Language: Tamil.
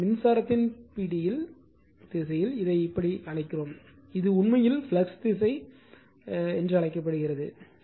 எனவே மின்சாரம் பிடியின் திசையில் இதை இப்படி அழைக்கிறோம் இது உண்மையில் ஃப்ளக்ஸ் இந்த திசை என்று அழைக்கப்படுகிறது